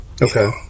Okay